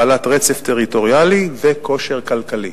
בעלת רצף טריטוריאלי וכושר כלכלי,